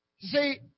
See